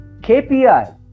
KPI